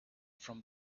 from